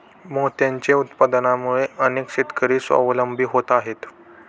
मोत्यांच्या उत्पादनामुळे अनेक शेतकरी स्वावलंबी होत आहेत